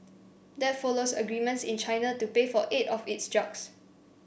that follows agreements in China to pay for eight of its drugs